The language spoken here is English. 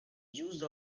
use